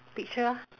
picture ah